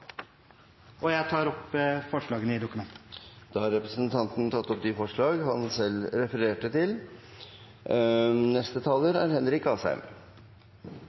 Jeg tar opp forslagene i innstillingen. Representanten Christian Tynning Bjørnø har tatt opp de forslagene han refererte til. Den ungdomsgenerasjonen vi har i dag, er